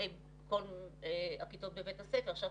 פיצלו את ג'-ד' על פני כל הכיתות בבית הספר, עכשיו